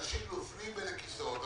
אנשים נופלים בין הכיסאות.